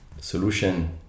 solution